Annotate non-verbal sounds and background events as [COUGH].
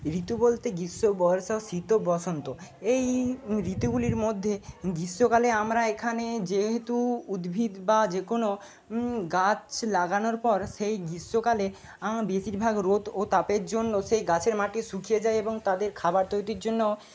ঋতু বলতে গ্রীষ্ম বর্ষা শীত ও বসন্ত এই ঋতুগুলির মধ্যে গ্রীষ্মকালে আমরা এখানে যেহেতু উদ্ভিদ বা যে কোনো গাছ লাগানোর পর সেই গ্রীষ্মকালে [UNINTELLIGIBLE] বেশিরভাগ রোদ ও তাপের জন্য সেই গাছের মাটি শুকিয়ে যায় এবং তাদের খাবার তৈরির জন্য